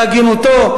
בהגינותו,